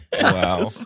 Wow